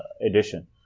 edition